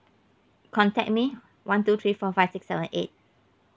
contact me one two three four five six seven eight